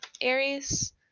Aries